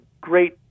great